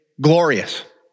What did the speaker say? glorious